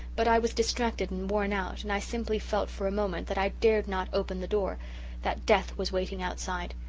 but i was distracted and worn out, and i simply felt for a moment that i dared not open the door that death was waiting outside.